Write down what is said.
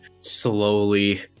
slowly